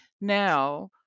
now